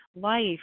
life